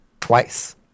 twice